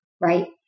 right